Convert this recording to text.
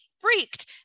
freaked